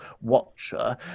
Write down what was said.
watcher